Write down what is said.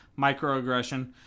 microaggression